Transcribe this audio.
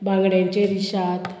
बांगड्यांचे रेशाद